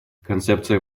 концепция